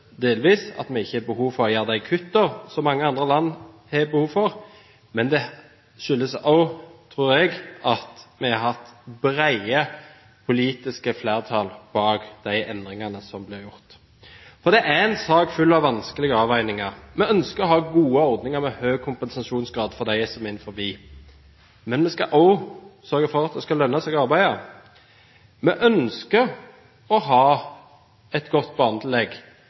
delvis at vi ikke har behov for å gjøre de kuttene som mange andre land har behov for, men det skyldes også, tror jeg, at vi har hatt brede politiske flertall bak de endringene som er gjort. For det er en sak full av vanskelige avveininger. Vi ønsker å ha gode ordninger med høy kompensasjonsgrad for dem som er innenfor. Men vi skal også sørge for at det skal lønne seg å arbeide. Vi ønsker å ha et godt